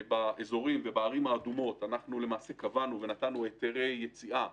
שבאזורים ובערים האדומות אנחנו למעשה קבענו ונתנו היתרי יציאה,